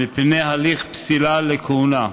לדברי המציעים, מפני הליך פסילה לכהונה.